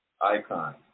Icon